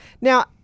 Now